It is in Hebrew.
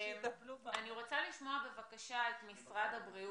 לשמוע את משרד הבריאות,